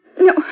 No